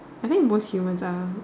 I think most humans are